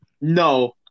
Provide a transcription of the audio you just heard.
No